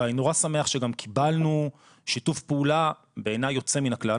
אבל אני נורא שמח שגם קיבלנו שיתוף פעולה בעיניי יוצא מן הכלל.